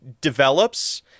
develops